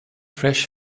fresh